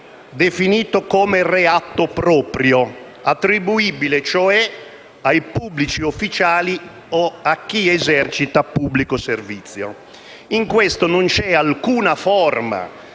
definito come reato proprio, attribuibile cioè ai pubblici ufficiali o a chi esercita pubblico servizio. In questo non c'è alcuna forma